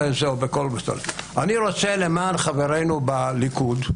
למען חברינו בליכוד,